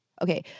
Okay